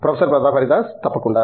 professor Pratap Haridas తప్పకుండా